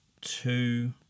Two